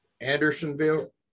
Andersonville